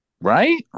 Right